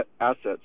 Assets